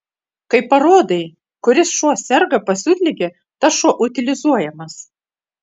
kai parodai kuris šuo serga pasiutlige tas šuo utilizuojamas